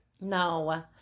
No